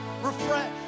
Refresh